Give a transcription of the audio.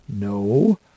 no